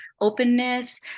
Openness